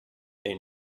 they